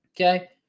Okay